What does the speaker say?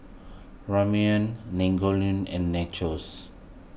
Ramyeon and Nachos